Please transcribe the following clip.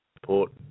support